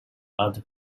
other